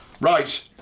Right